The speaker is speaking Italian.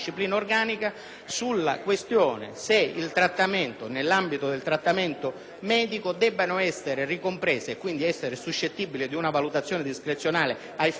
sulla questione se nell'ambito del trattamento medico debbano essere ricomprese, quindi suscettibili di valutazione discrezionale ai fini della sospensione,